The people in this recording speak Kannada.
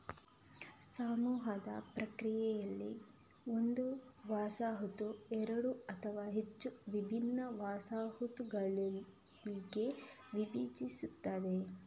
ಸಮೂಹದ ಪ್ರಕ್ರಿಯೆಯಲ್ಲಿ, ಒಂದು ವಸಾಹತು ಎರಡು ಅಥವಾ ಹೆಚ್ಚು ವಿಭಿನ್ನ ವಸಾಹತುಗಳಾಗಿ ವಿಭಜಿಸುತ್ತದೆ